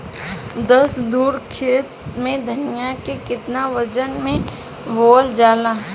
दस धुर खेत में धनिया के केतना वजन मे बोवल जाला?